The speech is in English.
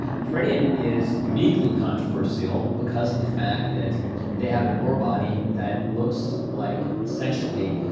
pretium is uniquely controversial because of the fact that they have an ore body that looks like, essentially,